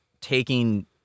taking